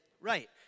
right